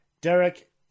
Derek